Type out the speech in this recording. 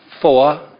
four